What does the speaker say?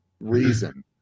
reason